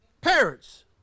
Parents